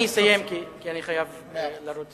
אני אסיים כי אני חייב לרוץ